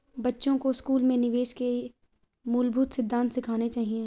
बच्चों को स्कूल में निवेश के मूलभूत सिद्धांत सिखाने चाहिए